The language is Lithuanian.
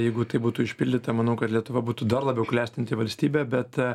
jeigu tai būtų išpildyta manau kad lietuva būtų dar labiau klestinti valstybė bet